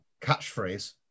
catchphrase